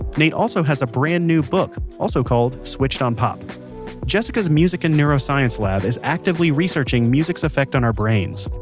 nate also has a brand new book, also called switched on pop jessica's music and neuroscience lab is actively researching music's effect on our brains.